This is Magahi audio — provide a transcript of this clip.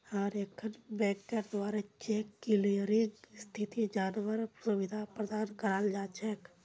हर एकखन बैंकेर द्वारा चेक क्लियरिंग स्थिति जनवार सुविधा प्रदान कराल जा छेक